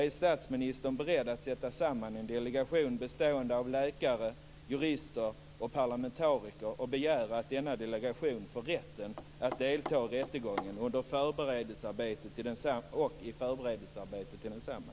Är statsministern beredd att sätta samman en delegation bestående av läkare, jurister och parlamentariker och begära att denna delegation får rätten att delta i rättegången och i förberedelsearbetet till densamma?